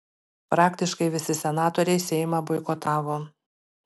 praktiškai visi senatoriai seimą boikotavo